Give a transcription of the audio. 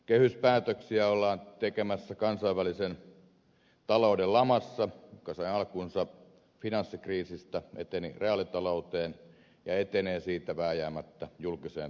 kehyspäätöksiä ollaan tekemässä kansainvälisen talouden lamassa joka sai alkunsa finanssikriisistä eteni reaalitalouteen ja etenee siitä vääjäämättä julkiseen talouteen